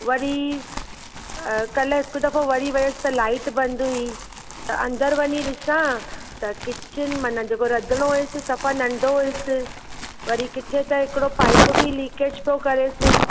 वरी काल्हि हिकु दफ़ो वरी वयसि त लाइट बंदि हुई त अंदर वञी ॾिसां त किचन माना जेको रधिणो होयसि सफ़ा नंढो होयसि वरी किथे त हिकिड़ो पाइप लीकेज थो करेसि